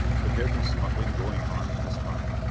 could there be smuggling going on from this mine?